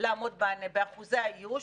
לעמוד באחוזי האיוש.